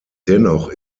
dennoch